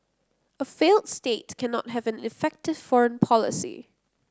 a failed state cannot have an effective foreign policy